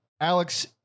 Alex